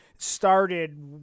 Started